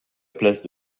place